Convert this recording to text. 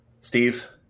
Steve